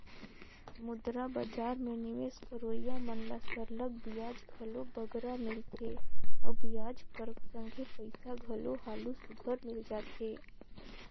मुद्रा बजार में निवेस करोइया मन ल सरलग बियाज घलो बगरा मिलथे अउ बियाज कर संघे पइसा घलो हालु सुग्घर मिल जाथे